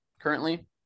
currently